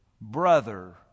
brother